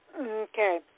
Okay